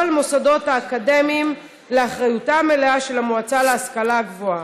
המוסדות הקדמיים לאחריותה המלאה של המועצה להשכלה גבוהה.